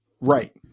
Right